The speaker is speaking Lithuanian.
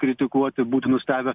kritikuoti būti nustebę